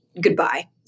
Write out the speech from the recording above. goodbye